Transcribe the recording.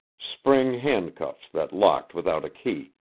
spring handcuffs that locked without a key.